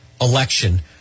election